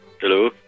Hello